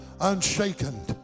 unshaken